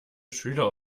schüler